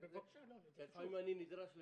לפעמים נדרש לזה.